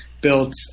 Built